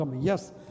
Yes